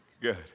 Good